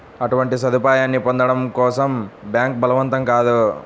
అటువంటి సదుపాయాన్ని పొందడం కోసం బ్యాంక్ బలవంతం కాదు